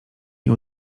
nie